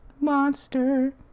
Monster